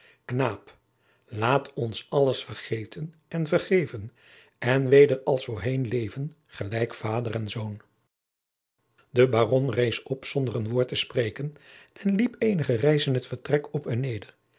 knaap laat ons alles vergeten en vergeven en weder als voorheen leven gelijk vader en zoon de baron rees op zonder een woord te spreken en liep eenige reizen het vertrek op en neder